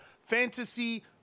Fantasy